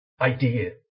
idea